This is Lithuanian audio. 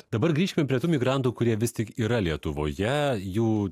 dabar grįžkim prie tų migrantų kurie vis tik yra lietuvoje jų